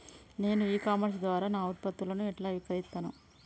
నేను e commerce ద్వారా నా ఉత్పత్తులను ఎట్లా విక్రయిత్తను?